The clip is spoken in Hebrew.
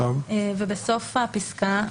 ובסוף הפסקה,